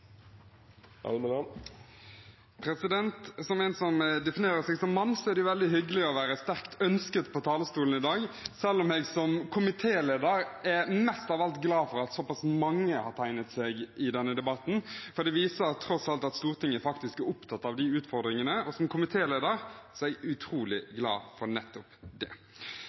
en som definerer seg som mann, er det veldig hyggelig å være sterkt ønsket på talerstolen i dag, selv om jeg som komitéleder er mest av alt glad for at såpass mange har tegnet seg i denne debatten. Det viser tross alt at Stortinget faktisk er opptatt av disse utfordringene, og som komitéleder er jeg utrolig glad for nettopp det.